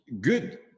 good